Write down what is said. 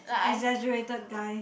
exaggerated guy